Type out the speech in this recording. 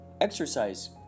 exercise